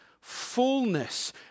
fullness